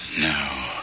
No